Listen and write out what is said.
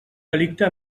delicte